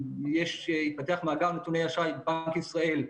התפתח מאגר נתוני אשראי בבנק ישראל.